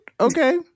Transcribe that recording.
Okay